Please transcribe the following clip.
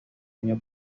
año